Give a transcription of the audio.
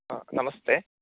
ह नमस्ते